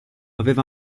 aveva